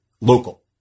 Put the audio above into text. local